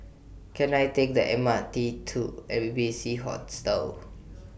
Can I Take The M R T to Airy B C Hostel